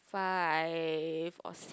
five or six